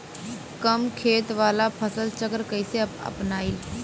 कम खेत वाला फसल चक्र कइसे अपनाइल?